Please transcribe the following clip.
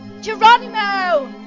Geronimo